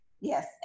Yes